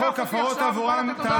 חברי הכנסת,